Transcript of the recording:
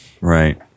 Right